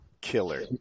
killer